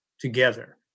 together